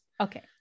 okay